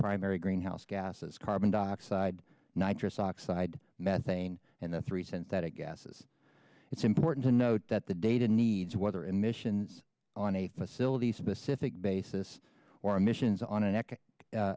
primary greenhouse gases carbon dioxide nitric oxide methane and the three synthetic gases it's important to note that the data needs whether emissions on a facilities specific basis or emissions on a